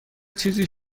چیزی